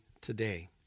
today